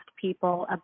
people